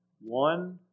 One